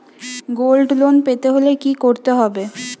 Gold loan পেতে হলে কি করতে হবে?